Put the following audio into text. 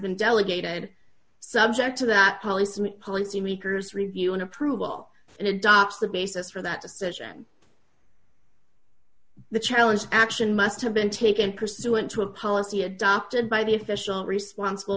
been delegated subject to that policeman policymakers review and approval and adopts the basis for that decision the challenge action must have been taken pursuant to a policy adopted by the official responsible